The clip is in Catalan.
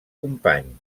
company